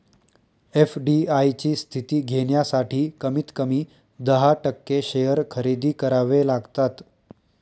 FDI ची स्थिती घेण्यासाठी कमीत कमी दहा टक्के शेअर खरेदी करावे लागतात